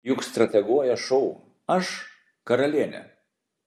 juk strateguoja šou aš karalienė